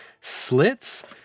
slits